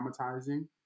traumatizing